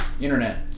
Internet